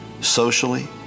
socially